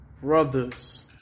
brothers